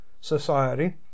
society